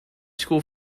school